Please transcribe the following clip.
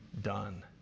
done